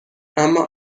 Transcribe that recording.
اما